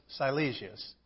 Silesius